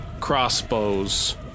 crossbows